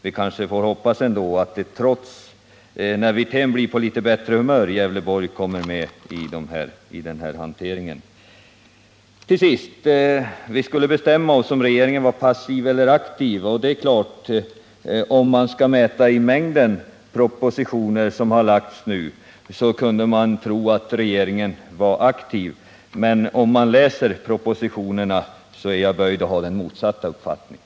Vi kanske ändå får hoppas att Gävleborg kommer med i den här hanteringen när Rolf Wirtén blir på litet bättre humör. Till sist: Vi skulle bestämma oss — om regeringen var passiv eller aktiv. Om man skulle mäta i mängden propositioner som har lagts fram nu, så kunde man tro att regeringen var aktiv. Men om man läser propositionerna, är jag böjd för att ha den motsatta uppfattningen.